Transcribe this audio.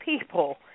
people